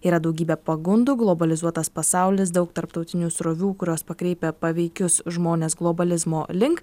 yra daugybė pagundų globalizuotas pasaulis daug tarptautinių srovių kurios pakreipia paveikius žmones globalizmo link